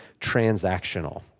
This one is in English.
transactional